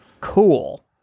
Cool